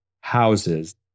houses